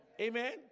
Amen